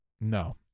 No